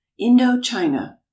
Indochina